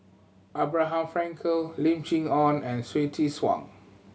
Abraham Frankel Lim Chee Onn and Hsu Tse Kwang